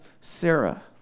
Sarah